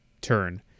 turn